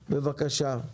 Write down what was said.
בבקשה.